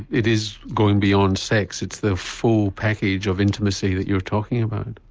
it is going beyond sex, it's the full package of intimacy that you were talking about?